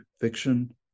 fiction